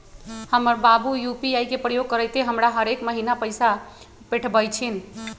हमर बाबू यू.पी.आई के प्रयोग करइते हमरा हरेक महिन्ना पैइसा पेठबइ छिन्ह